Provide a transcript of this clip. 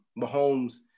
Mahomes